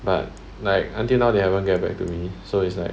but like until now they haven't get back to me so it's like